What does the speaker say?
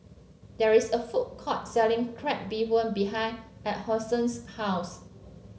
there is a food court selling Crab Bee Hoon behind Alphonse's house